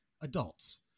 adults